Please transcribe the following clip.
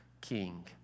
King